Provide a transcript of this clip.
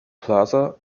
plaza